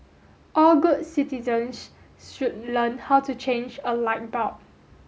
all good citizens should learn how to change a light bulb